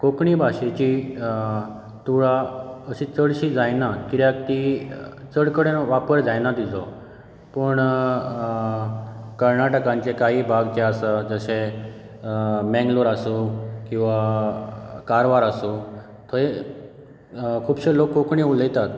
कोंकणी भाशेची तुळा अशी चडशी जायना कित्याक ती चड कडेन वापर जायना तिजो पूण कर्नाटकांचे काही भाग जे आसा जशे मँगलोर आसूं किंवा कारवार आसूं थंय खुबशे लोक कोंकणी उलयतात